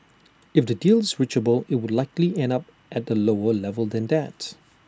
if A deal is reachable IT would likely end up at A lower level than that